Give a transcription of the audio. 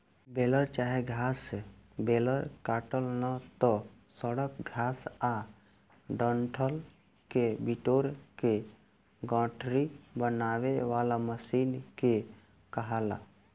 baler चाहे घास baler काटल ना त सड़ल घास आ डंठल के बिटोर के गठरी बनावे वाला मशीन के कहाला